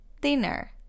Dinner